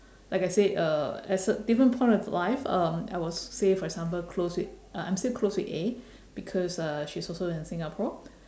like I said uh at cer~ different point of life um I was say for example close with uh I'm still close with A because uh she's also in singapore